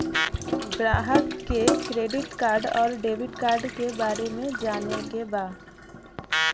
ग्राहक के credit card और डेविड कार्ड के बारे में जाने के बा?